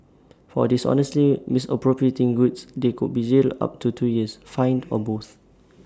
for dishonestly misappropriating goods they could be jailed up to two years fined or both